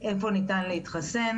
איפה ניתן להתחסן,